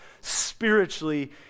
spiritually